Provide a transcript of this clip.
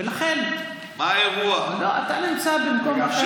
ולכן, אתה נמצא במקום אחר לגמרי.